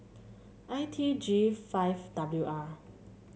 I T G five W R